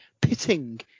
pitting